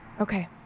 Okay